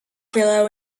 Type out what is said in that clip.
below